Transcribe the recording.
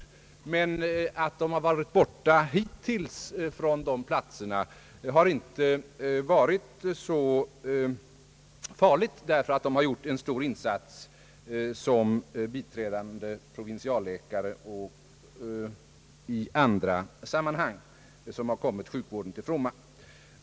Att de hittills har varit borta från platserna har inte varit så farligt, därför att de har gjort en stor insats som biträdande provinsialläkare och i andra sammanhang, vilket har kommit sjukvården till godo.